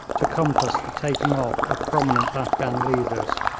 to compass the taking off of prominent afghan leaders.